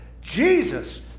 Jesus